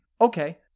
Okay